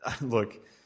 Look